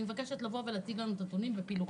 אני מבקשת להציג לנו את הנתונים בפילוחים